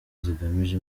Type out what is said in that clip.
zigamije